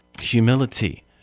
humility